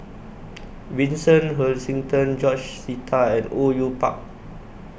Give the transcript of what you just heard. Vincent Hoisington George Sita and Au Yue Pak